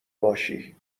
باشی